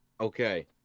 Okay